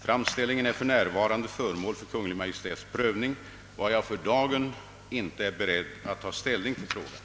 Framställningen är för närvarande föremål för Kungl. Maj:ts prövning, varför jag för dagen inte är beredd att ta ställning till saken.